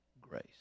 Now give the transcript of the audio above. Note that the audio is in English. grace